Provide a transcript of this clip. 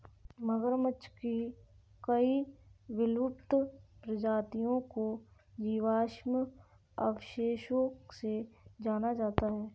मगरमच्छ की कई विलुप्त प्रजातियों को जीवाश्म अवशेषों से जाना जाता है